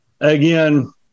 Again